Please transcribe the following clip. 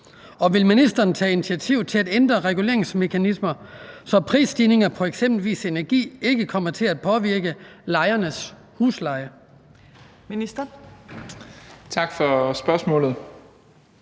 vil ministeren tage initiativ til at ændre reguleringsmekanismen, så prisstigninger på eksempelvis energi ikke kommer til at påvirke lejernes husleje?